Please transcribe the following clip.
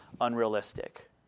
unrealistic